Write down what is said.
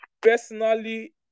personally